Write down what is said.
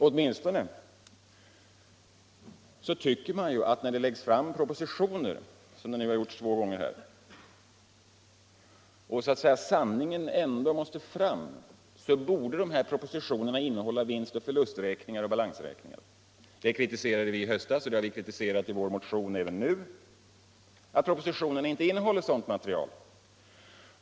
Åtminstone tycker man ju att när det läggs fram propositioner — som det nu har gjorts två gånger här — och så att säga sanningen ändå måste fram, borde dessa propositioner innehålla vinst och förlusträkningar och balansräkningar. Det kritiserade vi i höstas och det har vi kritiserat i vår motion även nu att propositionerna inte innehåller sådant material.